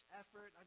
effort